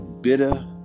bitter